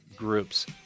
groups